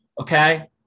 okay